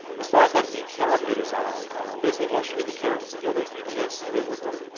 as far as like the character design basically once you get the characters together you just live with them,